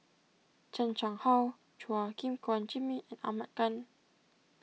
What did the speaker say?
Chan Chang How Chua Gim Guan Jimmy and Ahmad Khan